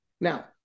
Now